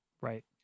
Right